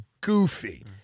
goofy